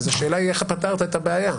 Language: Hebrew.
אז השאלה היא איך פתרת את הבעיה.